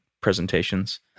presentations